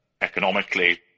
economically